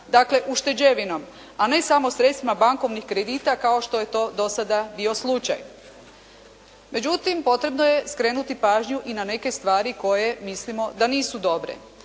dakle, ušteđevinom a ne samo sredstvima bankovnih kredita kao što je to do sada bio slučaj. Međutim, potrebno je skrenuti pažnju i na neke stvari koje mislimo da nisu dobre.